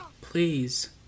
Please